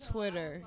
Twitter